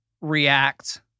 react